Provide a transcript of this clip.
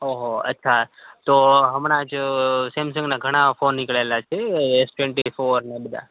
ઓહોહો અચ્છા તો હમણાં જ સેમસંગના ઘણા ફોન નીકળેલા છે એસ ટ્વેન્ટીફોરને બધા